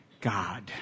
God